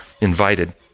invited